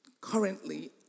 currently